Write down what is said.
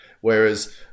Whereas